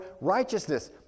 righteousness